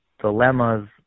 dilemmas